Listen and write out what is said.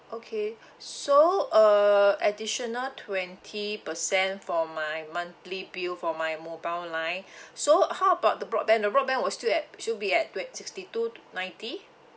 okay so uh additional twenty percent for my monthly bill for my mobile line so how about the broadband the broadband will still at still be at twe~ sixty two ninety